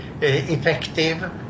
effective